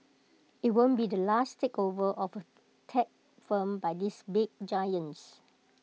IT won't be the last takeover of tech firm by these big giants